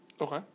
Okay